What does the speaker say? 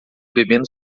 bebendo